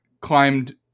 climbed